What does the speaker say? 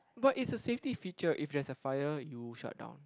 but it's a safety feature if there's a fire you shut down